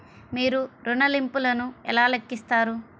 మీరు ఋణ ల్లింపులను ఎలా లెక్కిస్తారు?